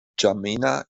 n’djamena